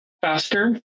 faster